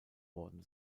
worden